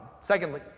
Secondly